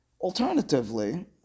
Alternatively